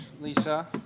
Lisa